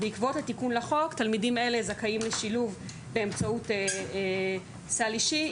בעקבות התיקון לחוק תלמידים אלה זכאים לשילוב באמצעות סל אישי,